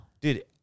Dude